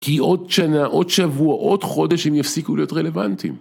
כי עוד שנה, עוד שבוע, עוד חודש הם יפסיקו להיות רלוונטיים.